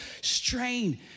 strain